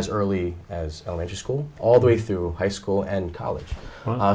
as early as elementary school all the way through high school and college